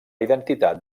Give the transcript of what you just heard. identitat